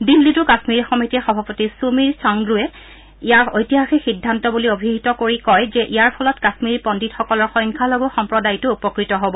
দিল্লীতো কাশ্মীৰী সমিতিৰ সভাপতি সুমীৰ চুংগুৱে ইয়াক ঐতিহাসিক সিদ্ধান্ত বুলি অভিহিত কৰি কয় যে ইয়াৰ ফলত কাশ্মীৰী পণ্ডিতসকলৰ সংখ্যালঘু সম্প্ৰদায়টো উপকৃত হব